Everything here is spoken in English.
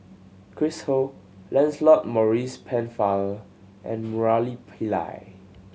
Chris Ho Lancelot Maurice Pennefather and Murali Pillai